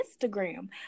Instagram